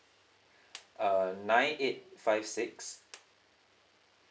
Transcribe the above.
uh nine eight five six